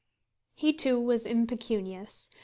he, too, was impecunious,